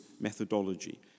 methodology